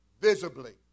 visibly